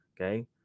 Okay